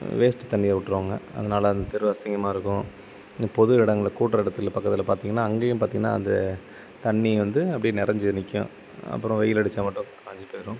waste தண்ணியை விட்ருவாங்க அதனால அந்த தெரு அசிங்கமாக இருக்கும் இந்த பொது இடங்கள் கூடுற இடத்துல பக்கத்தில் பார்த்தீங்கன்னா அங்கேயும் பார்த்தீங்கன்னா அந்த தண்ணி வந்து அப்படியே நிறைஞ்சி நிற்கும் அப்புறம் வெயில் அடித்தா மட்டும் காஞ்சு போயிடும்